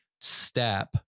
step